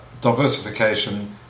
diversification